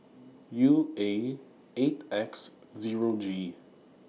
U A eight X Zero G